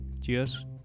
cheers